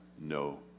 no